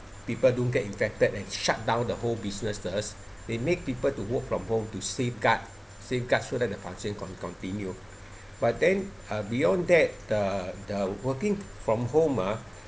people don't get infected and shut down the whole businesses they make people to work from home to safeguard safeguards so that the function con~ continue but then uh beyond that the the working from home ah